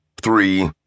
three